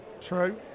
true